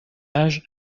âge